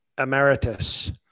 emeritus